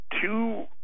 two